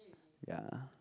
ya